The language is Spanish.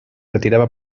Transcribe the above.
retiraba